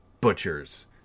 Butchers